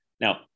Now